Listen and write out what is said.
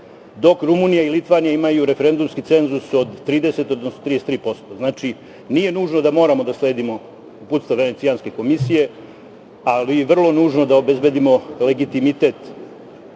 dok Rumunija i Litvanija imaju referendumski cenzus od 30, odnosno 33%.Znači, nije nužno da moramo da sledimo uputstva Venecijanske komisije, ali je vrlo nužno da obezbedimo legitimitet